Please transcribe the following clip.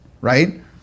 right